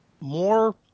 more